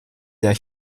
der